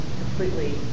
completely